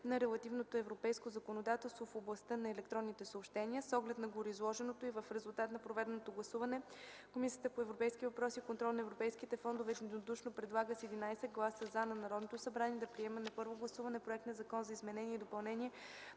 на релативното европейско законодателство в областта на електронните съобщения. С оглед на гореизложеното и в резултат на проведеното гласуване, Комисията по европейските въпроси и контрол на европейските фондове единодушно предлага (с 11 гласа „за”) на Народното събрание да приеме на първо гласуване проект на Закон за изменение и допълнение